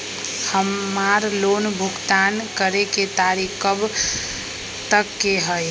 हमार लोन भुगतान करे के तारीख कब तक के हई?